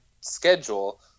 schedule